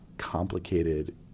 complicated